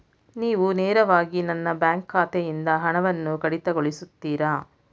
ನೀವು ನೇರವಾಗಿ ನನ್ನ ಬ್ಯಾಂಕ್ ಖಾತೆಯಿಂದ ಹಣವನ್ನು ಕಡಿತಗೊಳಿಸುತ್ತೀರಾ?